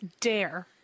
dare